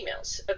emails